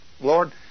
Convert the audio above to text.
Lord